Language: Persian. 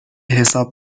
حساب